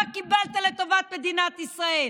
מה קיבלת לטובת מדינת ישראל?